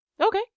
Okay